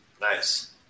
Nice